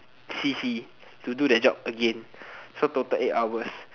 c_c to do that job again so total eight hours